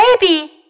baby